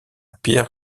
pierre